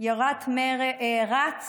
יו"ר רצ